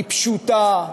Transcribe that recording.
היא פשוטה,